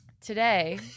today